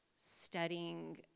Studying